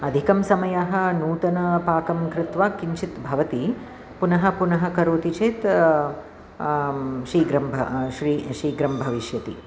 अधिकं समयः नूतनं पाकं कृत्वा किञ्चित् भवति पुनः पुनः करोति चेत् शीघ्रं भ श्री शीघ्रं भविष्यति